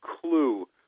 clue